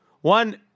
one